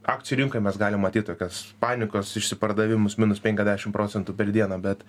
akcijų rinkoj mes galim matyt tokius panikos išsipardavimus minus penkiasdešimt procentų per dieną bet